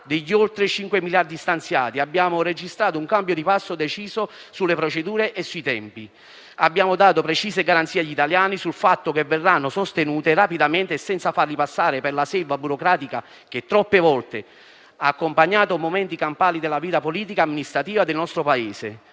degli oltre 5 miliardi stanziati, abbiamo registrato un cambio di passo deciso sulle procedure e sui tempi; abbiamo dato precise garanzie agli italiani sul fatto che verranno sostenuti rapidamente e senza farli passare per la selva burocratica che, troppe volte, ha accompagnato momenti campali della vita politica e amministrativa del nostro Paese.